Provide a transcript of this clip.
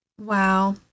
Wow